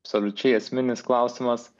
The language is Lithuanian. absoliučiai esminis klausimas